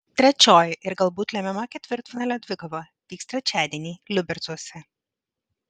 trečioji ir galbūt lemiama ketvirtfinalio dvikova vyks trečiadienį liubercuose